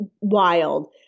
wild